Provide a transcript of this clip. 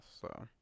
so-